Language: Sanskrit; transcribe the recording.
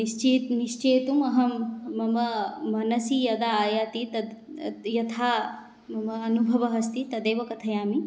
निश्चयेत् निश्चेतुम् अहं मम मनसि यदा आयाति तत् यद् यथा मम अनुभवः अस्ति तदेव कथयामि